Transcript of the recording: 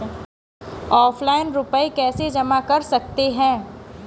Offline रुपये कैसे जमा कर सकते हैं?